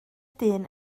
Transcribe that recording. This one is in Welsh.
dyn